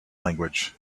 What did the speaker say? language